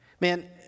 Man